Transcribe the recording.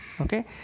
Okay